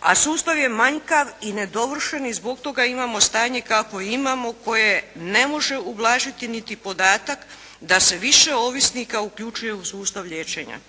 a sustav je manjkav i nedovršen i zbog toga imamo stanje kakvo imamo koje ne može ublažiti niti podatak da se više ovisnika uključuje u sustav liječenja.